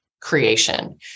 creation